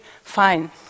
fine